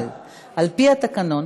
אבל על-פי התקנון